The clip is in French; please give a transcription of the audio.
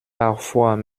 parfois